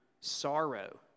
sorrow